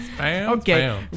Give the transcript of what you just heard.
Okay